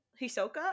Hisoka